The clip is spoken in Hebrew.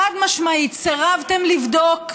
חד-משמעית, סירבתם לבדוק.